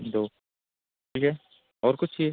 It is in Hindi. दो ठीक है और कुछ चाहिए